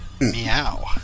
Meow